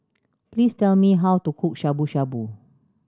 please tell me how to cook Shabu Shabu